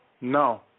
no